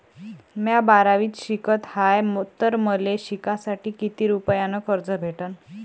म्या बारावीत शिकत हाय तर मले शिकासाठी किती रुपयान कर्ज भेटन?